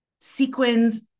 sequins